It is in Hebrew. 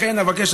לכן אבקש,